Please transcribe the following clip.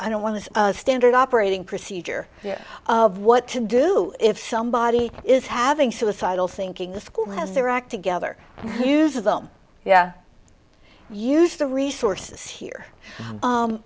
i don't want this standard operating procedure of what to do if somebody is having suicidal thinking the school has their act together use them yeah use the resources here